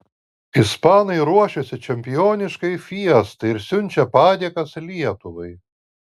ispanai ruošiasi čempioniškai fiestai ir siunčia padėkas lietuvai